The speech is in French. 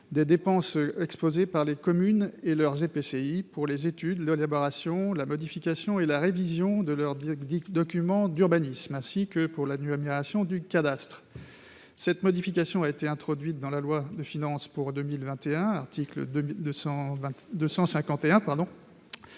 des dépenses exposées par les communes et leurs EPCI pour les études, l'élaboration, la modification et la révision de leurs documents d'urbanisme, ainsi que pour la numérisation du cadastre. La modification introduite dans la loi de finances pour 2021, à l'article 251,